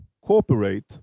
cooperate